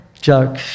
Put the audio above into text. joke